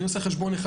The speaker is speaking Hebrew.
אני עושה חשבון אחד.